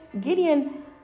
gideon